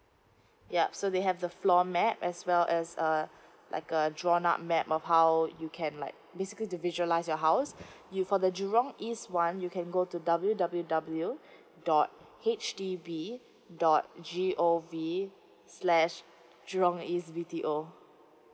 yup so they have the floor map as well as uh like a drawn up map of how you can like basically to visualize your house you for the jurong east one you can go to W W W dot H D B dot G O V slash jurong east B T O